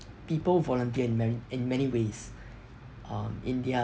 people volunteer in many in many ways um in their